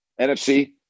NFC